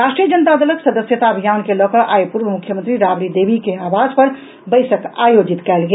राष्ट्रीय जनता दलक सदस्यता अभियान के लऽकऽ आई पूर्व मुख्यमंत्री राबड़ी देवी के आवास पर बैसक आयोजित कयल गेल